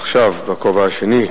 עכשיו, בכובע השני,